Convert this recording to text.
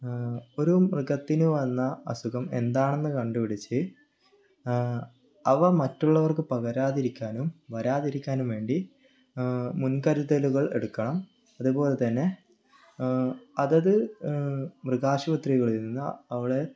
ഒരു മൃഗത്തിന് വന്ന അസുഖം എന്താണെന്ന് കണ്ട് പിടിച്ച് അവ മറ്റുള്ളവർക്ക് പകരാതിരിക്കാനും വരാതിരിക്കാനും വേണ്ടി മുൻകരുതലുകൾ എടുക്കണം അതുപോലെ തന്നെ അതാത് മൃഗാശുപത്രികളിൽ നിന്ന് അവളെ